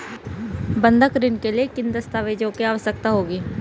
बंधक ऋण के लिए किन दस्तावेज़ों की आवश्यकता होगी?